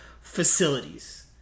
facilities